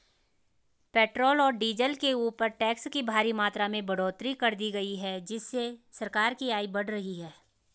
petrol और diesel के ऊपर टैक्स की भारी मात्रा में बढ़ोतरी कर दी गई है जिससे सरकार की आय बढ़ रही है